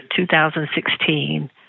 2016